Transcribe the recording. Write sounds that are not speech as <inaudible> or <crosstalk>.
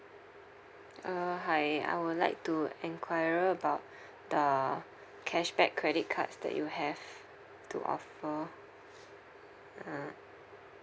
uh hi I would like to enquire about <breath> the cashback credit cards that you have to offer mm